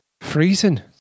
freezing